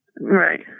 Right